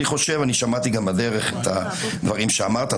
שמעתי גם בדרך את הדברים שאמרת.